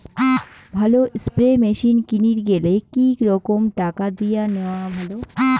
ভালো spray machine কিনির গেলে কি রকম টাকা দিয়া নেওয়া ভালো?